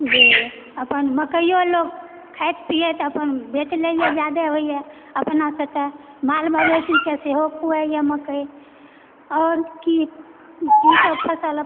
जे अपन मकैओ लोक खायत पियैत अपन बेच लयए ज्यादे होयए अपनासँ तऽ माल मवेशीके सेहो खुवायए मकै आओर की ईसभ फसल